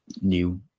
new